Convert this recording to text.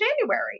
January